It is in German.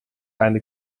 eine